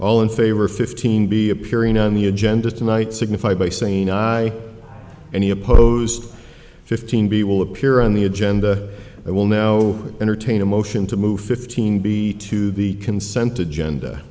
all in favor fifteen be appearing on the agenda tonight signify by saying i and he oppose fifteen b will appear on the agenda and will now entertain a motion to move fifteen b to the consent to genda